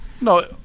No